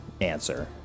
answer